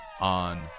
on